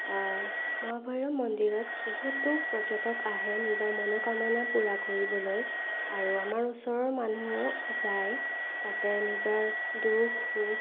মহাভৈৰৱ মন্দিৰত বহুতো পৰ্যটক আহে নিজৰ মনোকামনা পূৰা কৰিবলৈ আৰু আমাৰ ওচৰৰ মানুহো যায় তাতে নিজৰ দুখ সুখ